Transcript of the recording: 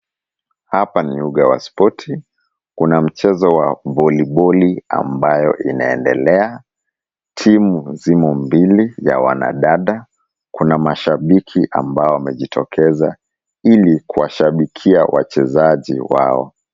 Hapa ni uga wa spoti, kuna mchezo wa voliboli ambao unaendelea. Timu zimo mbili ya wanadada. Kuna mashabiki ambao wamejitokeza ili kuwashabikia wachezaji wao.